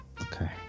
Okay